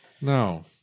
no